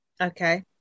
Okay